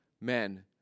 Men